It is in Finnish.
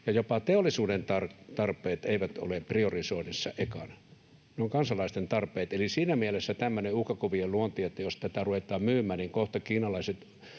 Edes teollisuuden tarpeet eivät ole priorisoinnissa ekana, ne ovat kansalaisten tarpeet. Eli siinä mielessä tämmöinen uhkakuvien luonti, että jos tätä ruvetaan myymään, niin kohta kiinalaiset